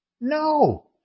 No